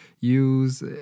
use